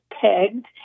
pegged